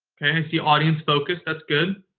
okay. i see audience focus. that's good.